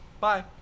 Bye